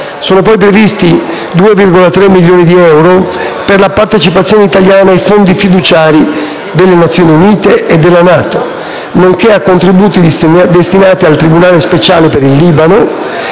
Sono inoltre previsti 2,3 milioni di euro per la partecipazione italiana ai fondi fiduciari delle Nazioni Unite e della NATO, nonché a contributi destinati al Tribunale speciale per il Libano